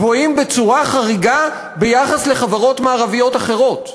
גבוהים בצורה חריגה ביחס לחברות מערביות אחרות.